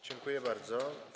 Dziękuję bardzo.